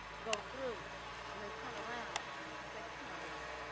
go through and then turn around and say, come on, y'all.